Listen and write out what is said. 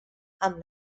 amb